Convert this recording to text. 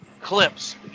clips